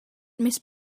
miss